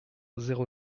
zéro